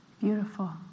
beautiful